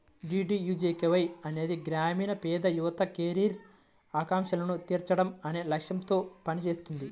DDUGKY అనేది గ్రామీణ పేద యువత కెరీర్ ఆకాంక్షలను తీర్చడం అనే లక్ష్యాలతో పనిచేస్తుంది